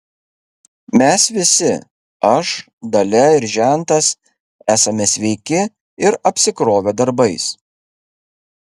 mes visi aš dalia ir žentas esame sveiki ir apsikrovę darbais